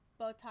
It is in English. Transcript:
botox